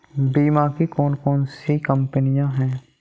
बीमा की कौन कौन सी कंपनियाँ हैं?